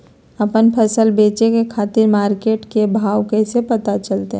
आपन फसल बेचे के खातिर मार्केट के भाव कैसे पता चलतय?